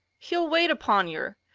he'll wait upon yer!